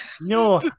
No